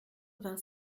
vingt